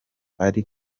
ari